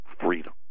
freedom